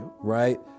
right